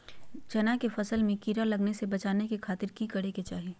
चना की फसल में कीड़ा लगने से बचाने के खातिर की करे के चाही?